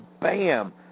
bam